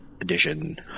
Edition